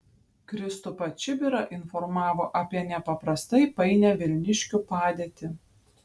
kristupą čibirą informavo apie nepaprastai painią vilniškių padėtį